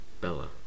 Bella